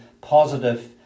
positive